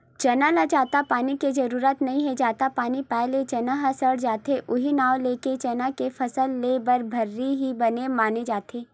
चना ल जादा पानी के जरुरत नइ हे जादा पानी पाए ले चना ह सड़ जाथे उहीं नांव लेके चना के फसल लेए बर भर्री ही बने माने जाथे